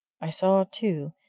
i saw, too,